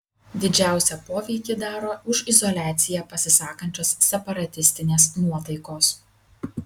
didžiausią poveikį daro už izoliaciją pasisakančios separatistinės nuotaikos